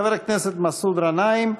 חבר הכנסת מסעוד גנאים.